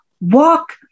Walk